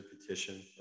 petition